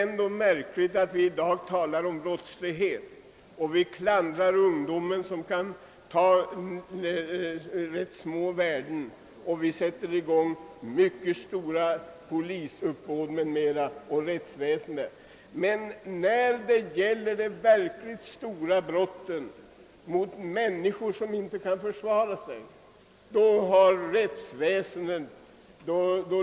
Vi talar i dag om ungdomsbrottsligheten och klandrar de unga för att de ibland tillgriper saker för rätt obetydliga värden. I sådana fall ordnar vi stora polisuppbåd och sätter i gång hela rättsmaskineriet. Men de verkligt stora brotten mot människor som inte kan försvara sig får passera.